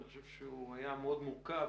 גם מורכב,